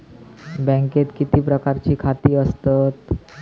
बँकेत किती प्रकारची खाती असतत?